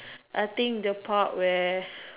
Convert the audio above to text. I think the part where